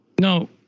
No